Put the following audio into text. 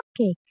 cupcake